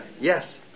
Yes